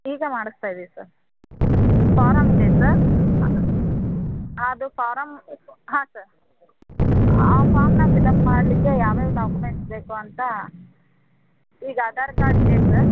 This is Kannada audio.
ಈಗ ಮಾಡಿಸ್ತಾ ಇದೀವಿ ಸರ್ ಫಾರಮ್ ಇದೆ ಸರ್ ಅದು ಫಾರಮ್ ಹಾಂ ಸರ್ ಆ ಫಾಮ್ನ ಫಿಲಪ್ ಮಾಡಲಿಕ್ಕೆ ಯಾವ್ಯಾವ ಡಾಕುಮೆಂಟ್ಸ್ ಬೇಕು ಅಂತ ಈಗ ಆಧಾರ್ ಕಾರ್ಡ್ ಇದೆ ಸರ್